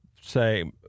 say